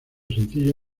sencillo